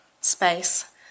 space